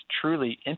truly